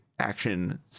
Action